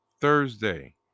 Thursday